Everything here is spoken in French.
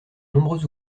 nombreux